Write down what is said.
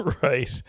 right